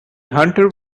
hunter